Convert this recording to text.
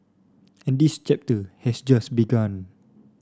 and this chapter has just begun